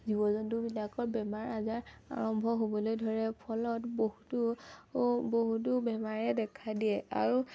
জীৱ জন্তুবিলাকৰ বেমাৰ আজাৰ আৰম্ভ হ'বলৈ ধৰে ফলত বহুতো বহুতো বেমাৰে দেখা দিয়ে আৰু